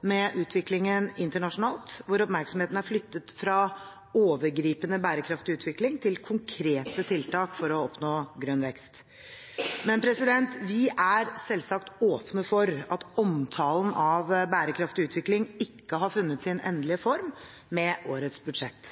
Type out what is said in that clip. med utviklingen internasjonalt, hvor oppmerksomheten er flyttet fra overgripende bærekraftig utvikling til konkrete tiltak for å oppnå grønn vekst. Men vi er selvsagt åpne for at omtalen av bærekraftig utvikling ikke har funnet sin endelige form med årets budsjett.